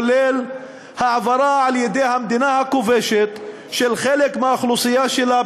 כולל העברה על-ידי המדינה הכובשת של חלק מהאוכלוסייה שלה,